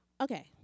Okay